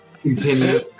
Continue